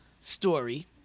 story